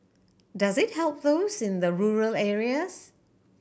does it help those in the rural areas